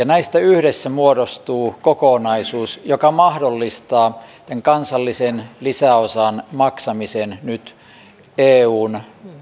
näistä yhdessä muodostuu kokonaisuus joka mahdollistaa tämän kansallisen lisäosan maksamisen nyt eun